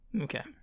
Okay